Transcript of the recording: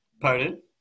Pardon